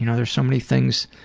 you know there are so many things